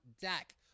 deck